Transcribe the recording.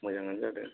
मोजाङानो जादों